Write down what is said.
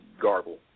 garble